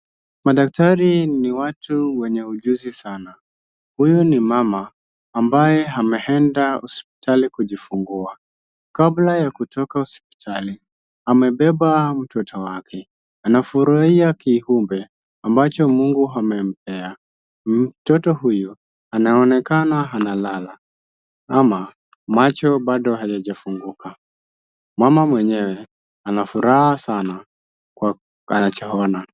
Madaktari ni watu wenye ujuzi sana ,huyu ni mama ambaye ameenda hospitali kujifungua, kabla ya kutoka hospitali amebeba mtoto wake Anafuraia kiumbe ambacho mungu amempea mtoto huyu anaonekana analala ama macho bado hayajafunguka, mama mwenyewe anafuraha sana ,hajaona.